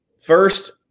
first